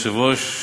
כבוד היושב-ראש,